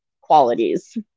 qualities